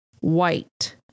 white